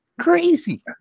Crazy